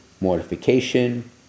mortification